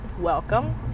welcome